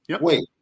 Wait